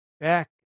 back